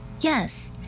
Yes